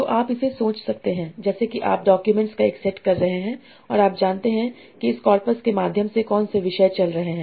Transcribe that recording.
तो आप इसे सोच सकते हैं जैसे कि आप डॉक्यूमेंट्स का एक सेट कर रहे हैं और आप जानते हैं कि इस कॉर्पस के माध्यम से कौन से विषय चल रहे हैं